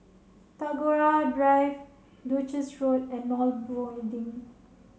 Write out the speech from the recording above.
Tagore Drive Duchess Road and NOL Building